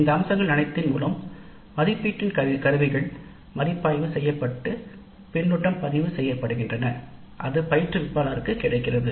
இந்த அம்சங்கள் அனைத்தின் மூலம் மதிப்பீட்டு கருவிகள் மதிப்பாய்வு செய்யப்பட்டு பின்னூட்டம் பதிவு செய்யப்படுகின்றன அது பயிற்றுவிப்பாளருக்குக் கிடைக்கிறது